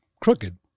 crooked